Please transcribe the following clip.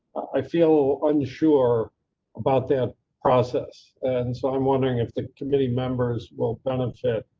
i feel unsure about that process and so i'm wondering if the committee members will benefit.